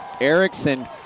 Erickson